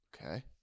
Okay